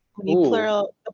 plural